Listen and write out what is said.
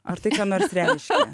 ar tai ką nors reiškia